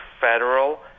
federal